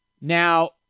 Now